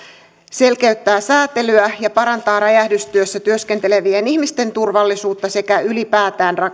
selkeyttää säätelyä ja parantaa räjähdystyössä työskentelevien ihmisten turvallisuutta sekä ylipäätään